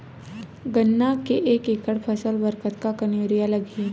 गन्ना के एक एकड़ फसल बर कतका कन यूरिया लगही?